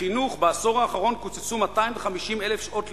בחינוך, בעשור האחרון קוצצו 250,000 שעות לימוד.